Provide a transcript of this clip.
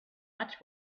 much